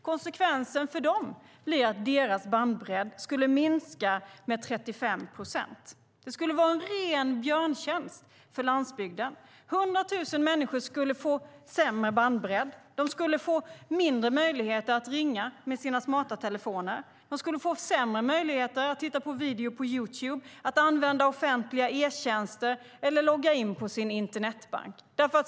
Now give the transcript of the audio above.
Konsekvensen för dem skulle bli att deras bandbredd skulle minska med 35 procent. Det skulle vara en ren björntjänst för landsbygden. 100 000 människor skulle få sämre bandbredd. De skulle få mindre möjligheter att ringa med sina smarta telefoner. De skulle få sämre möjligheter att titta på video och på Youtube, att använda offentliga e-tjänster eller att logga in på sin internetbank.